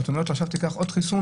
ואת אומרת לו עכשיו תיקח עוד חיסון?